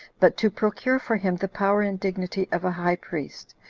but to procure for him the power and dignity of a high priest,